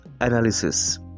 Analysis